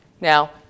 Now